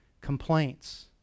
complaints